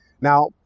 Now